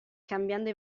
cambiando